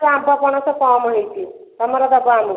ଆମ୍ବ ପଣସ କମ ହେଇଛି ତମର ଦେବ ଆମକୁ